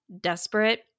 desperate